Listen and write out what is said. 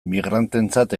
migranteentzat